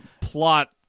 plot